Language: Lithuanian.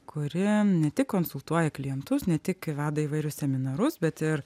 kuri ne tik konsultuoja klientus ne tik veda įvairius seminarus bet ir